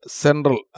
central